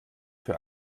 für